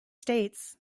states